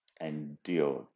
endured